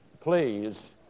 please